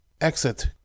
Exit